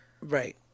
right